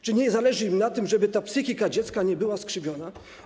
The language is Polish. Czy nie zależy im na tym, żeby psychika dziecka nie była skrzywiona?